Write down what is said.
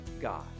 God